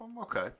okay